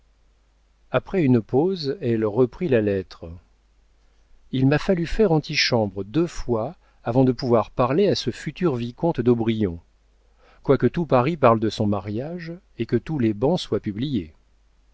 après une pause elle reprit la lettre il m'a fallu faire antichambre deux fois avant de pouvoir parler à ce futur vicomte d'aubrion quoique tout paris parle de son mariage et que tous les bans soient publiés